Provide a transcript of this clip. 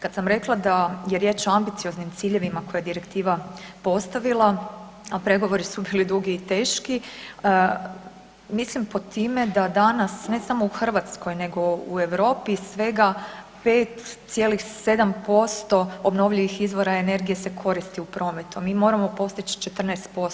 Kad sam rekla da je riječ o ambicioznim ciljevima koje direktiva postavila, a pregovori su bili dugi i teški mislim pod time da danas ne samo u Hrvatskoj nego u Europi svega 5,7% obnovljivih izvora energije se koristi u prometu, mi moramo postići 14%